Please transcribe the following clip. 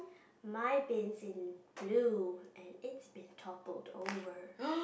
mine bin in blue and it's been toppled over